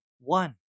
one